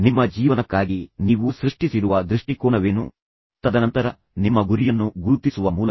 ಈಗ ಈ ರೀತಿಯ ವಿಷಯಗಳು ವಾಸ್ತವವಾಗಿ ಸಂವಹನ ನಿರ್ಬಂಧಕಗಳಾಗಿವೆ ಮತ್ತು ನಂತರ ಅದು ನಿಮಗೆ ಪ್ರಗತಿಗೆ ಅವಕಾಶ ನೀಡುವುದಿಲ್ಲ